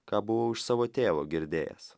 ką buvau iš savo tėvo girdėjęs